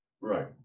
right